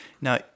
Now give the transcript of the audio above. now